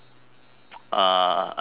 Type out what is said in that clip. uh another one